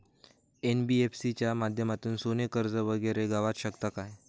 NBFC च्या माध्यमातून सोने कर्ज वगैरे गावात शकता काय?